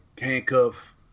handcuff